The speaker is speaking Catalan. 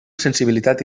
sensibilitat